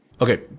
Okay